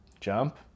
Jump